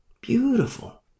Beautiful